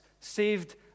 saved